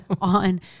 on